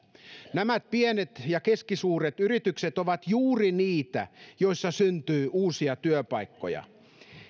nämä pienet ja keskisuuret yritykset ovat juuri niitä joissa syntyy uusia työpaikkoja